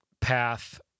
path